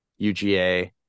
UGA